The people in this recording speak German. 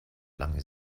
lange